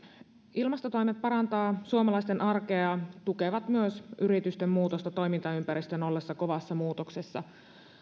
ilmastotoimet parantavat suomalaisten arkea ja tukevat myös yritysten muutosta toimintaympäristön ollessa kovassa muutoksessa